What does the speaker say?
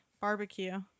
Barbecue